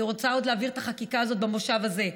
אני רוצה עוד להעביר את החקיקה הזאת במושב הזה,